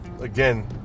again